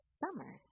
summer